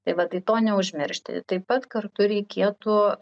tai va tai to neužmiršti taip pat kartu reikėtų